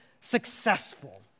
successful